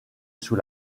sous